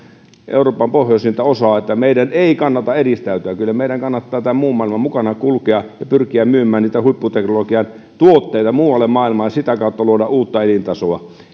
euroopan pohjoisinta osaa ja meidän ei kannata eristäytyä kyllä meidän kannattaa tämän muun maailman mukana kulkea ja pyrkiä myymään niitä huipputeknologian tuotteita muualle maailmaan ja sitä kautta luoda uutta elintasoa